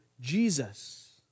Jesus